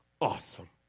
awesome